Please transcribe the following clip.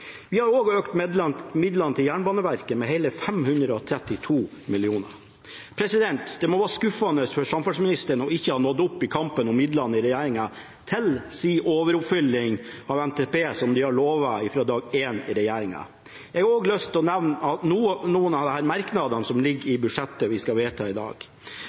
Vi har også økt midlene til Jernbaneverket med hele 532 mill. kr. Det må være skuffende for samferdselsministeren ikke å ha nådd opp i kampen om midlene i regjeringen til sin overoppfylling av NTP-en som de har lovet fra dag én i regjeringen. Jeg har også lyst til å nevne noen av merknadene som ligger i budsjettet vi skal vedta i dag.